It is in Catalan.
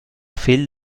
fill